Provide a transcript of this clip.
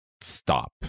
stop